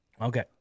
Okay